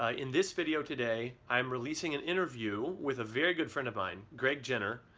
ah in this video today, i am releasing an interview with a very good friend of mine, greg genter.